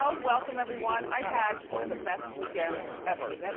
ah welcome everyone. i had one of the best weekends ever.